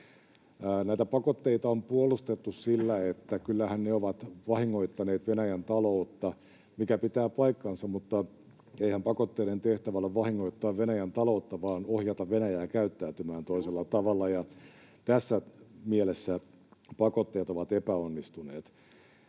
Näitä pakotteita on puolustettu sillä, että kyllähän ne ovat vahingoittaneet Venäjän taloutta, mikä pitää paikkansa, mutta eihän pakotteiden tehtävä ole vahingoittaa Venäjän taloutta vaan ohjata Venäjää käyttäytymään toisella tavalla, ja tässä mielessä pakotteet ovat epäonnistuneet.